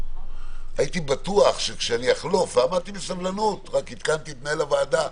הייתי בטוח שכאשר אני אחלוף ועמדתי בסבלנות רק עדכנתי את מנהל הוועדה,